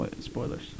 spoilers